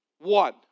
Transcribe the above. One